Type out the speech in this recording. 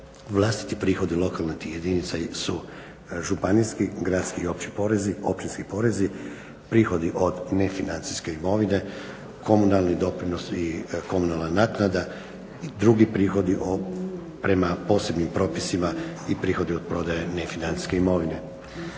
vlastiti prihodi lokalnih jedinica su županijski, gradski i opći porezi, općinski porezi, prihodi od nefinancijske imovine, komunalni doprinosi i komunalna naknada i drugi prihodi prema posebnim propisima i prihodi od prodaje nefinancijske imovine.